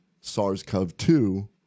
SARS-CoV-2